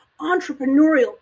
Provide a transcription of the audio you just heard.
entrepreneurial